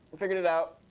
i figured it out.